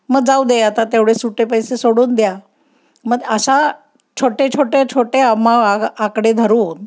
मग जाऊ दे आता तेवढे सुटे पैसे सोडून द्या मग अशा छोटे छोटे छोटे अम्मा आकडे धरून